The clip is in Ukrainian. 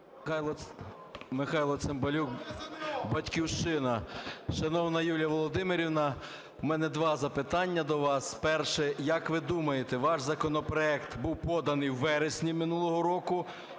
Михайло Цимбалюк, "Батьківщина". Шановна Юліє Володимирівно, у мене два запитання до вас. Перше. Як ви думаєте, ваш законопроект був поданий у вересні минулого року,